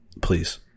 Please